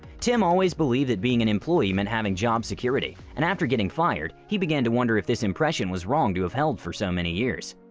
tim always believed that being an employee meant having job security and after getting fired he began to wonder if this impression was wrong to have held for so many years.